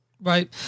Right